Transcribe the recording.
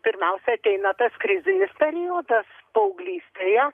pirmiausia ateina tas krizinis periodas paauglystėje